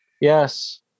Yes